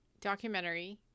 documentary